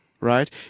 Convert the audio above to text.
right